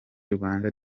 rwanda